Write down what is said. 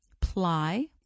ply